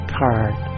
card